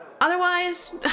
Otherwise